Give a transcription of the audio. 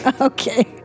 Okay